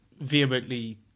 vehemently